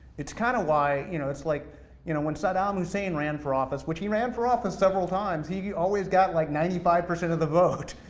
it's kind of why, you know, it's like you know when saddam hussein ran for office, which he ran for office several times, he always got like ninety five percent of the vote.